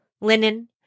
linen